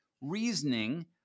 reasoning